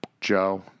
Joe